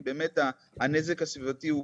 אנחנו למעשה מרסנים את הצמיחה הנפשית של האדם.